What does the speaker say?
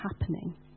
happening